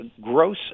gross